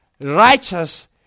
righteous